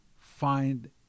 find